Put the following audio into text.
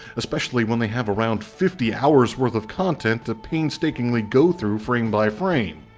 especially when they have around fifty hours worth of content to painstakingly go through frame by frame.